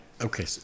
Okay